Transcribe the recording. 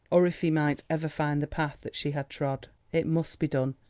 or if he might ever find the path that she had trod. it must be done,